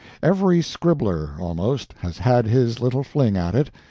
every scribbler, almost, has had his little fling at it,